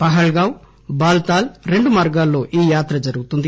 పహల్ గావ్ Baltal రెండు మార్గాల్లో ఈ యాత్ర జరుగుతుంది